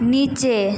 নিচে